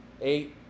eight